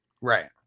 Right